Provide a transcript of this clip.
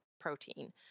protein